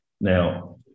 Now